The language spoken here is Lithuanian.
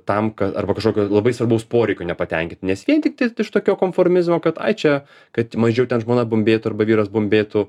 tam kad arba kažkokio labai svarbaus poreikio nepatenkint nes vien tiktai iš tokio konformizmo kad ai čia kad mažiau ten žmona bumbėtų arba vyras bumbėtų